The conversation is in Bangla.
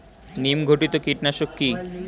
নিম ঘটিত কীটনাশক কি?